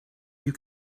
you